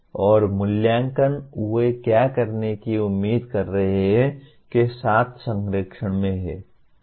और मूल्यांकन वे क्या करने की उम्मीद कर रहे हैं के साथ संरेखण में है